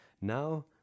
Now